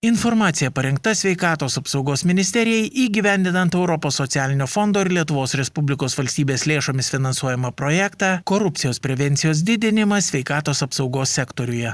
informacija parengta sveikatos apsaugos ministerijai įgyvendinant europos socialinio fondo ir lietuvos respublikos valstybės lėšomis finansuojamą projektą korupcijos prevencijos didinimas sveikatos apsaugos sektoriuje